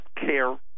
care